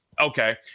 Okay